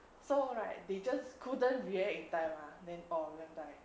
so right they just couldn't react in time lah then oh then die